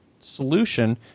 solution